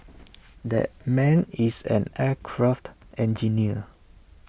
that man is an aircraft engineer